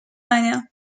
ania